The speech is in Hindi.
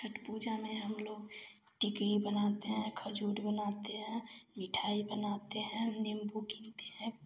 छठ पूजा में हम लोग टिकरी बनाते हैं खजूर बनाते हैं मिठाई बनाते हैं नींबू कीनते हैं